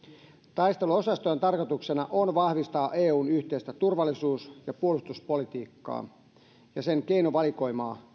taisteluosastojen tarkoituksena on vahvistaa eun yhteistä turvallisuus ja puolustuspolitiikkaa ja sen keinovalikoimaa